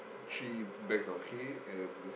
three bags of hay and